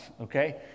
okay